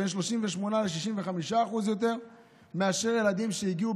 בין 38% ל-65% יותר מאשר ילדים שהגיעו